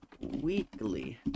weekly